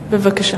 בן-ארי.